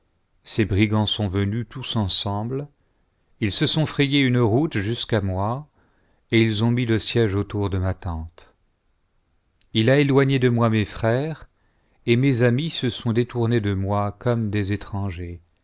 ses brigands sont venus tous ensemble ils se sont frayé une route jusqu'à moi et ils ont mis le siège autour de ma tente il a éloigné de moi mes frères et mes amis se sont détournés de moi comme des étrangers